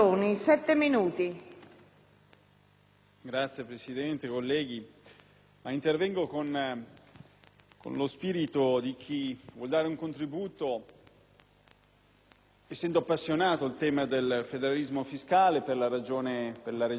Signora Presidente, colleghi, intervengo con lo spirito di chi vuol dare un contributo essendo appassionato del tema del federalismo fiscale per la Regione da cui provengo, la Lombardia.